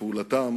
ופעולתם